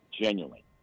Genuinely